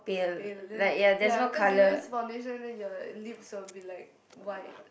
pale then ya because if you use foundation then your lips will be like white